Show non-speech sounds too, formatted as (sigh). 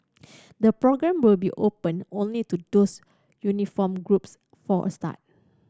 (noise) the programme will be open only to those uniformed groups for a start